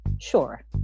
Sure